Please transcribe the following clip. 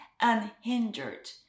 unhindered